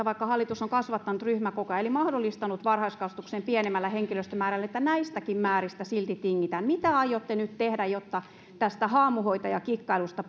vaikka hallitus on kasvattanut ryhmäkokoja eli mahdollistanut varhaiskasvatuksen pienemmällä henkilöstömäärällä näistäkin määristä silti tingitään mitä aiotte nyt tehdä jotta tästä haamuhoitajakikkailusta